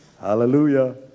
Hallelujah